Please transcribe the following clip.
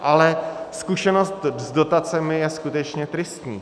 Ale zkušenost s dotacemi je skutečně tristní.